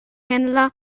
händler